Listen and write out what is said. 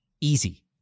Easy